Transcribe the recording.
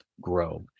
grow